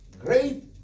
great